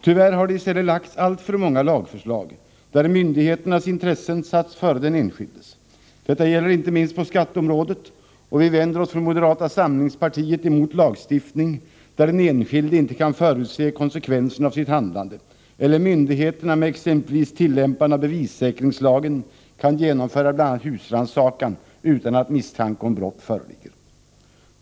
Tyvärr har det i stället lagts fram alltför många lagförslag där myndigheternas intressen satts före den enskildes. Detta gäller inte minst på skatteområdet, och vi vänder oss inom moderata samlingspartiet mot lagstiftning som innebär att den enskilde inte kan förutse konsekvenserna av sitt handlande, eller att myndigheterna med exempelvis tillämpande av bevissäkrirgslagen kan genomföra bl.a. husrannsakan utan att misstanke om brott föreligger.